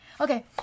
okay